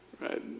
right